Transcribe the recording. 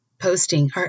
posting